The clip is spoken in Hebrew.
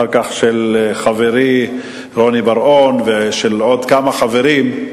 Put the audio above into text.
אחר כך של חברי רוני בר-און ושל עוד כמה חברים.